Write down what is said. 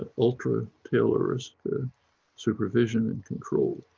ah ultra taylorist supervision and control.